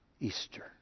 Easter